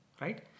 Right